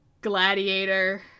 gladiator